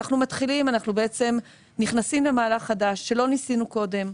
אנחנו נכנסים למהלך חדש שלא ניסינו קודם,